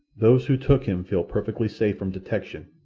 those who took him feel perfectly safe from detection,